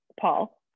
Paul